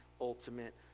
ultimate